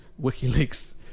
WikiLeaks